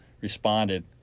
responded